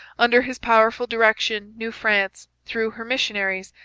under his powerful direction new france, through her missionaries,